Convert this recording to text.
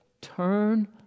Turn